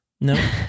No